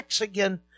again